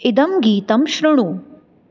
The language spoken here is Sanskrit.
इदं गीतं श्रुणु